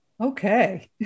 Okay